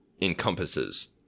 encompasses